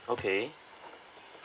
okay